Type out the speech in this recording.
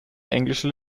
englischer